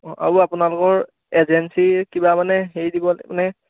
অঁ অঁ আৰু আপোনালোকৰ এজেন্সিৰ কিবা মানে হেৰি দিব নে